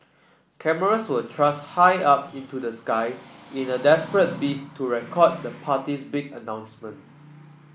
cameras were thrust high up into the sky in a desperate bid to record the party's big announcement